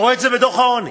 אתה רואה את זה בדוח העוני.